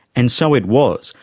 and so it was,